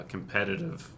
Competitive